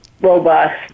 Robust